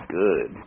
good